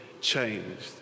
changed